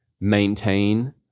maintain